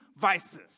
vices